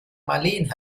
marleen